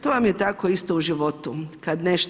To vam je tako isto u životu.